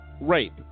rape